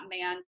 man